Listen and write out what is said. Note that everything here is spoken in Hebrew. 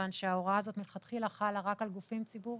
כיוון שההוראה הזאת מלכתחילה חלה רק על גופים ציבוריים,